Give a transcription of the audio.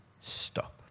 stop